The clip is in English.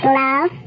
love